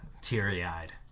teary-eyed